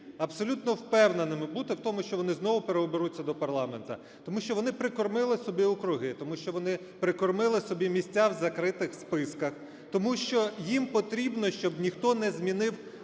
абсолютно впевненими бути в тому, що вони знову переоберуться до парламенту. Тому що вони "прикормили" собі округи, тому що вони прикормили собі місця в закритих списках. Тому що їм потрібно, щоб ніхто не змінив